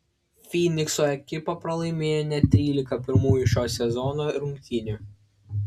fynikso ekipa pralaimėjo net trylika pirmųjų šio sezono rungtynių